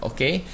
Okay